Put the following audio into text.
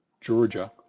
Georgia